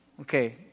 Okay